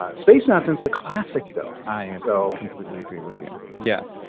ah space mountain's the classic though. i and so completely agree with you, yes.